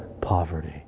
poverty